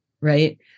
Right